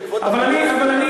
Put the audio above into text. אבל אני